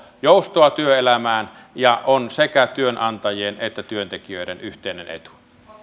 joustoa työelämään ja on sekä työnantajien että työntekijöiden yhteinen etu